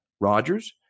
Rodgers